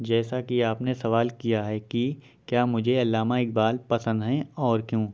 جیسا کہ آپ نے سوال کیا ہے کہ کیا مجھے علامہ اقبال پسند ہیں اور کیوں